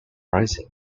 rising